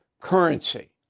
currency